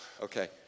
okay